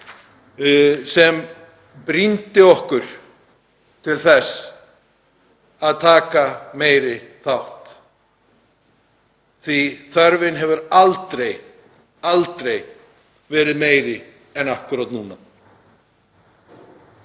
sem brýndi okkur til þess að taka meiri þátt því að þörfin hefði aldrei verið meiri en akkúrat núna.